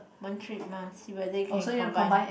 one trip mah see whether you can combine